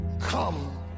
come